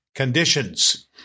Conditions